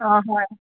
অঁ হয়